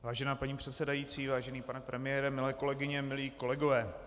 Vážená paní předsedající, vážený pane premiére, milé kolegyně, milí kolegové.